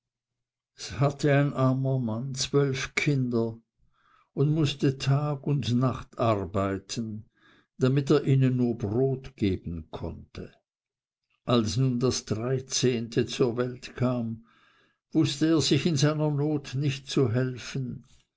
hatte ein armer mann zwölf kinder und mußte tag und nacht arbeiten damit er ihnen nur brot geben konnte als nun das dreizehnte zur welt kam wußte er sich seiner not nicht zu helfen